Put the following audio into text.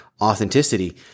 authenticity